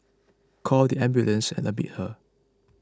called the ambulance and admitted her